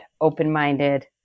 open-minded